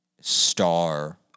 star